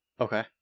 Okay